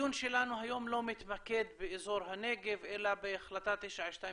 הדיון שלנו היום לא מתמקד באזור הנגב אלא בהחלטה 922,